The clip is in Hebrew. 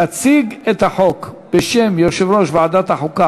תציג את החוק בשם יושב-ראש ועדת החוקה,